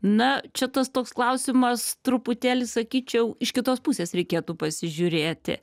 na čia tas toks klausimas truputėlį sakyčiau iš kitos pusės reikėtų pasižiūrėti